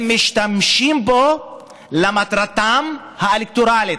הם משתמשים בו למטרתם האלקטורלית.